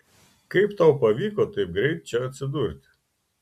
kaip tau pavyko taip greit čia atsidurti